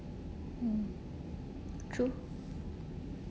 mm true